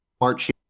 March